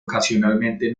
ocasionalmente